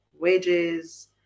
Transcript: wages